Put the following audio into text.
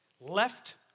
Left